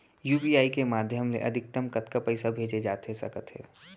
UPI के माधयम ले अधिकतम कतका पइसा भेजे जाथे सकत हे?